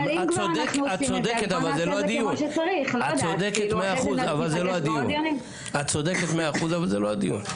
את צודקת מאה אחוז אבל זה לא הדיון.